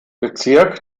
bezirk